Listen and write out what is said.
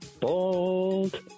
bold